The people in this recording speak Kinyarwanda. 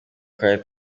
twari